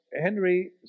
Henry